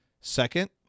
Second